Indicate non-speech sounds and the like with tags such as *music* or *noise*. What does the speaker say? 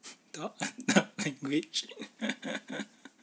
*laughs* talk adult language